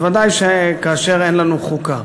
בוודאי כאשר אין לנו חוקה.